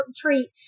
treat